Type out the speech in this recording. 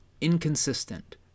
inconsistent